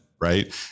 right